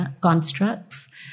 constructs